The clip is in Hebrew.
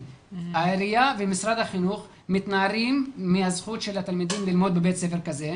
העירייה ומשרד החינוך מתנערים מהזכות של התלמידים ללמוד בבית ספר כזה.